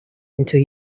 until